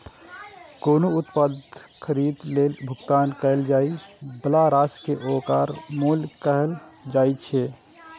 कोनो उत्पाद खरीदै लेल भुगतान कैल जाइ बला राशि कें ओकर मूल्य कहल जाइ छै